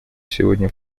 сегодня